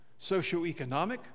socioeconomic